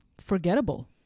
Forgettable